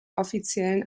offiziellen